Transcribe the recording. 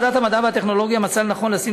ועדת המדע והטכנולוגיה מצאה לנכון לשים